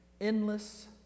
endless